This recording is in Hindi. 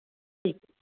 ठीक